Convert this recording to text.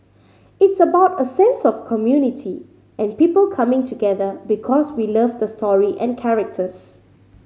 it's about a sense of community and people coming together because we love the story and characters